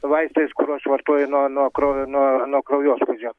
vaistais kuriuos vartoji nuo nuo krovi nuo nuo kraujospūdžio